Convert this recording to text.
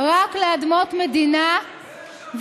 רק לאדמות מדינה,